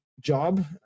job